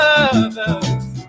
others